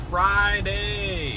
Friday